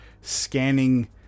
scanning